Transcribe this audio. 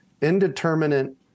Indeterminate